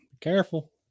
Careful